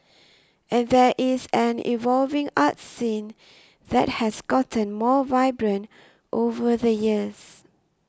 and there is an evolving arts scene that has gotten more vibrant over the years